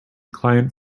client